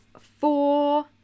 four